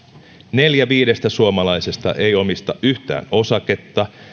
neljä viidestä suomalaisesta ei omista yhtään osaketta